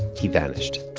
he vanished.